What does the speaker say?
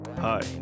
Hi